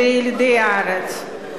זה ילידי הארץ.